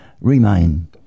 remain